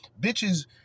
Bitches